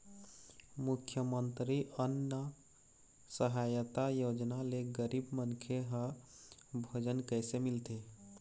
मुख्यमंतरी अन्न सहायता योजना ले गरीब मनखे ह भोजन कइसे मिलथे?